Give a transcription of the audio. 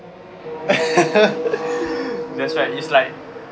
that's right it's like